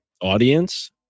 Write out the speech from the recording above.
audience